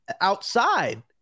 outside